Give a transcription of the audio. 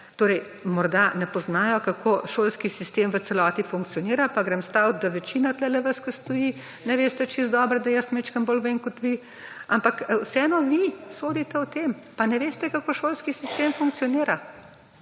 Torej morda ne poznajo, kako šolski sistem v celoti funkcionira, pa grem stavit, da večina tukaj vas, ki stoji, ne veste čisto dobro, da jaz malo bolj vem kot vi, ampak vseeno mi sodite o tem, pa ne veste, kako šolski sistem funkcionira.